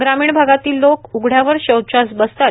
ग्रामीण भागातील लोक उघड्यावर शौचास बसतात